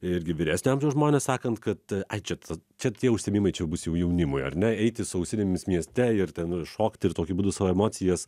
irgi vyresnio amžiaus žmones sakant kad ai čia ta čia tie užsiėmimai čia bus jau jaunimui ar ne eiti su ausinėmis mieste ir ten ir šokti ir tokiu būdu savo emocijas